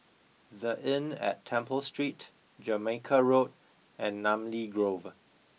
the Inn at Temple Street Jamaica Road and Namly Grove